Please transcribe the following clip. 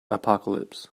apocalypse